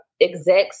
execs